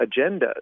agendas